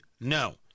no